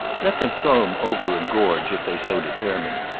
let them throw him over a gorge if they so determined.